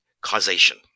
causation